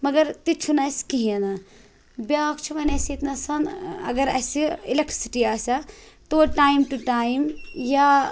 مگر تہِ چھُنہٕ اَسہِ کِہیٖنۍ نہٕ بیٛاکھ چھُ وۄنۍ اَسہِ ییٚتِنَس اگر اَسہِ اِلیکٹرٛسٹی آسہِ ہا تویتہِ ٹایِم ٹُہ ٹایِم یا